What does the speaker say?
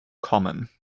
common